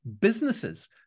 businesses